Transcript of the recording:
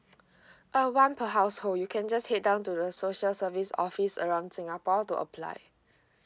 uh one per household you can just head down to the social service office around singapore to apply